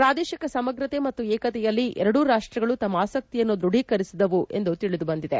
ಪ್ರಾದೇಶಿಕ ಸಮಗ್ರತೆ ಮತ್ತು ಏಕತೆಯಲ್ಲಿ ಎರಡೂ ರಾಷ್ಟಗಳು ತಮ್ಮ ಆಸಕ್ತಿಯನ್ನು ದೃಢೀಕರಿಸಿದವು ಎಂದು ತಿಳಿದುಬಂದಿದೆ